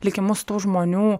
likimus tų žmonių